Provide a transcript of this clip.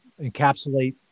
encapsulate